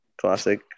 Classic